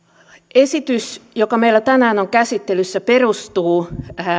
esitys joka meillä tänään on käsittelyssä perustuu